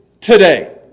today